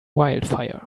wildfire